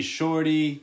Shorty